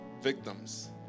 victims